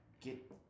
get